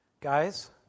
Guys